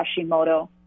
Hashimoto